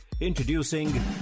Introducing